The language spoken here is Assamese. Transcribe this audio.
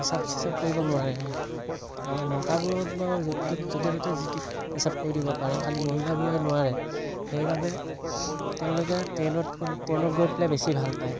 পেচাব চেচাব কৰিব নোৱাৰে আমাৰ মতাবোৰৰতো বাৰু য'ত ত'ত য'তে ত'তে যি টি পেচাব কৰি দিব পাৰে খালী মহিলাসকলে নোৱাৰে সেইবাবে তেওঁলোকে ট্ৰেইনত ট্ৰেইনত গৈ পেলাই বেছি ভাল পায়